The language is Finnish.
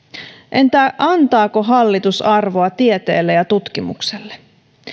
entä antaako hallitus arvoa tieteelle ja tutkimukselle